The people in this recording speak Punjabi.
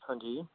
ਹਾਂਜੀ